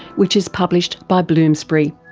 which is published by bloomsbury.